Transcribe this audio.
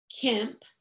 Kemp